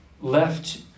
left